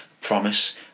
promise